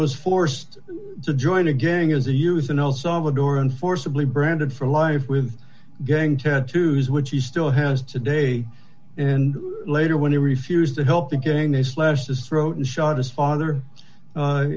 was forced to join a gang as a youth in el salvador and forcibly branded for life with gang tattoos which he still has today and later when he refused to help the gang they slashed his throat and shot his father